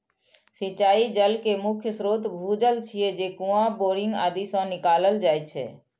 सिंचाइ जल केर मुख्य स्रोत भूजल छियै, जे कुआं, बोरिंग आदि सं निकालल जाइ छै